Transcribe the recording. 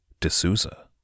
D'Souza